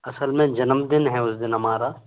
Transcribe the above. असल में जन्मदिन है उस दिन हमारा